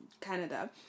Canada